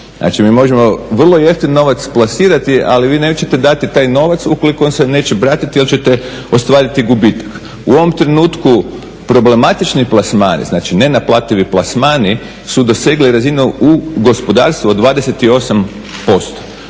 Znači mi možemo vrlo jeftino novac plasirati, ali vi nećete dati taj novac ukoliko vam se neće vratiti jer ćete ostvariti gubitak. U ovom trenutku problematični plasmani, znači nenaplativi plasmani su dosegli razinu u gospodarstvu od 28%,